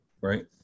right